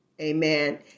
Amen